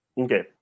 okay